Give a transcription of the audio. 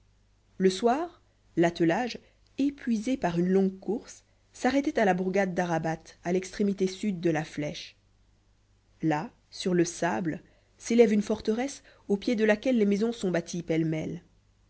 le soir l'attelage épuisé par une longue course s'arrêtait à la bourgade d'arabat à l'extrémité sud de la flèche là sur le sable s'élève une forteresse au pied de laquelle les maisons sont bâties pêle-mêle